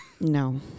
No